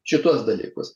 šituos dalykus